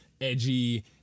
edgy